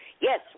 Yes